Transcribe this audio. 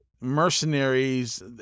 mercenaries